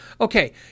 Okay